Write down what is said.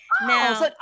Now